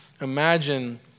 imagine